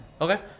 Okay